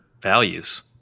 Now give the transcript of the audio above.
values